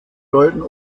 deuten